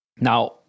now